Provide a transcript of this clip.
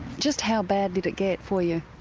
just how bad did it get for you?